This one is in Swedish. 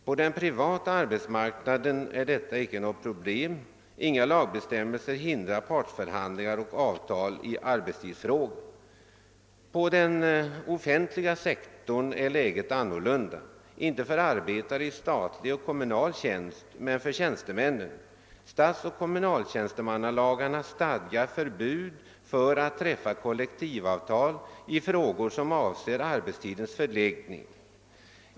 På den privata arbetsmarknaden är detta inte något problem — inga lagbestämmelser hindrar partsförhandlingar och avtal i arbetstidsfrågor. På den offentliga sektorn är läget annorlunda, inte för arbetare i statlig och kommunal tjänst, men för tjänstemännen. Statsoch kommunaltjänstemannalagarna stadgar förbud mot att träffa kollektivavtal i frågor som avser arbetstidens förläggning.